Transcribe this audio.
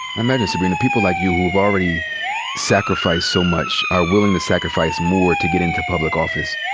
i imagine, sybrina, people like you who have already sacrificed so much, are willing to sacrifice more to get into public office.